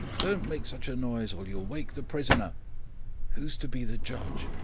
don't make such a noise or you will wake the prisoner who is to be the judge?